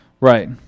Right